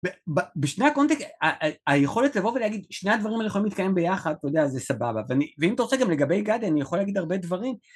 בשני הקונטקט, היכולת לבוא ולהגיד שני הדברים האלה יכולים להתקיים ביחד, אתה יודע, זה סבבה. ואם אתה רוצה גם לגבי גדי אני יכול להגיד הרבה דברים.